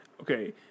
Okay